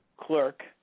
clerk